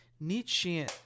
Nietzschean